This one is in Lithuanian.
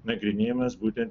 nagrinėjamas būtent